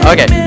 Okay